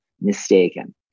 mistaken